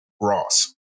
Ross